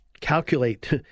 calculate